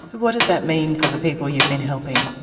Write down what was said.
what does that mean for the people you've been helping?